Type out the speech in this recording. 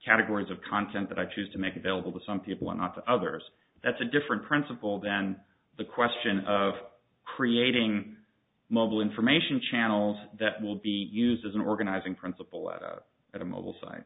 categories of content that i choose to make available to some people or not to others that's a different principle than the question of creating mobile information channels that will be used as an organizing principle at a mobile